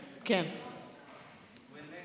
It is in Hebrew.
(הקפאת הגבלת רישיונות נהיגה) (הוראת שעה,